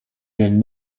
been